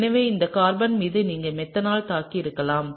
எனவே இந்த கார்பன் மீது நீங்கள் மெத்தனால் தாக்கியிருக்கலாம்